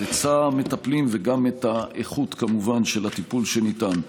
היצע המטפלים וגם את האיכות של הטיפול שניתן.